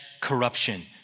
corruption